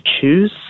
choose